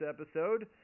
episode